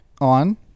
on